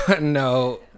no